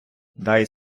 дай